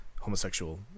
homosexual